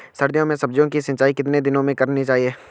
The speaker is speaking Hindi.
सर्दियों में सब्जियों की सिंचाई कितने दिनों में करनी चाहिए?